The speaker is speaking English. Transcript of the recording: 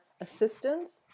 assistance